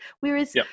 Whereas